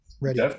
ready